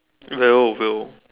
will will